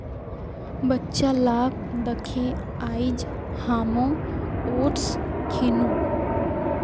बच्चा लाक दखे आइज हामो ओट्स खैनु